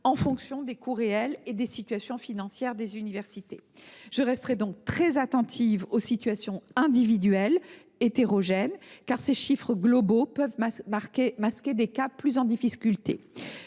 en fonction des coûts réels et des situations financières des universités. Je resterai donc très attentive aux situations individuelles, hétérogènes, car ces chiffres globaux peuvent masquer des cas plus en difficulté.